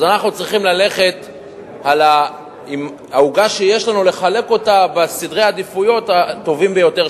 אנחנו צריכים את העוגה שיש לנו לחלק בסדרי העדיפויות הטובים ביותר,